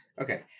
Okay